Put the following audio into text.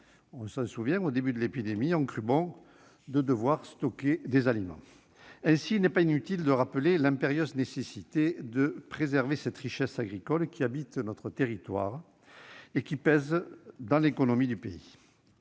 on s'en souvient -, au début de l'épidémie, ont cru bon de stocker des aliments. Aussi n'est-il pas inutile de rappeler l'impérieuse nécessité de préserver cette richesse agricole qui irrigue notre territoire et pèse dans l'économie du pays.